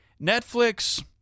netflix